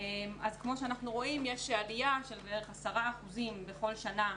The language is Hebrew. כפי שאנחנו רואים, יש עלייה של בערך 10% בכל שנה,